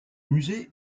musée